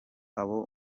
abo